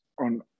on